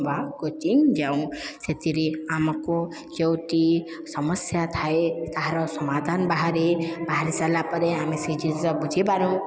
ବା କୋଚିଙ୍ଗ ଯାଉଁ ସେଥିରେ ଆମକୁ ଯେଉଁଠି ସମସ୍ୟା ଥାଏ ତାହାର ସମାଧାନ ବାହାରେ ବାହାରି ସାରିଲା ପରେ ଆମେ ସେ ଜିନିଷ ବୁଝିପାରୁ